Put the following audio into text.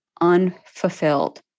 unfulfilled